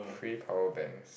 free power banks